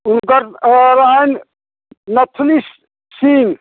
हुनकर रहनि नथनी सि सिंह